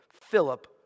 Philip